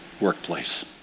workplace